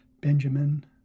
Benjamin